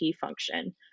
function